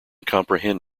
comprehend